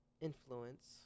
Influence